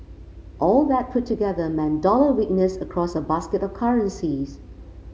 all that put together meant dollar weakness across a basket of currencies